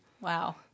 Wow